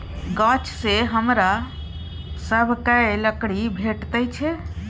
गाछसँ हमरा सभकए लकड़ी भेटैत छै